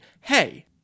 hey